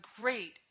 great